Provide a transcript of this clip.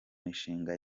mishinga